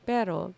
Pero